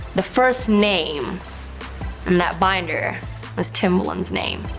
the first name in that binder was timbaland's name.